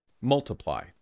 multiply